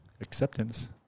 acceptance